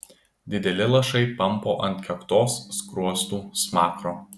dideli lašai pampo ant kaktos skruostų smakro